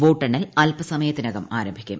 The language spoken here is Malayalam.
വോട്ടെണ്ണൽ അൽപസമയത്തിനകം ആരംഭിക്കും